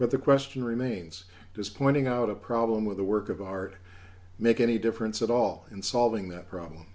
but the question remains does pointing out a problem with a work of art make any difference at all in solving that problem